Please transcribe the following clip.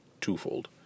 twofold